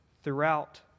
throughout